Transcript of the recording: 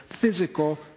physical